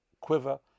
quiver